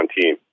team